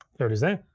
there it is there.